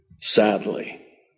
sadly